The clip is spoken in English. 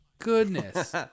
goodness